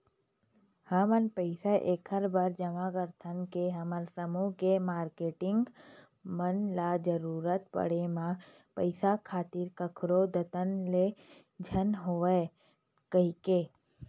हमन पइसा ऐखरे बर जमा करथन के हमर समूह के मारकेटिंग मन ल जरुरत पड़े म पइसा खातिर कखरो दतदत ले झन होवय कहिके